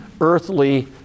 earthly